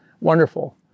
wonderful